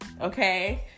okay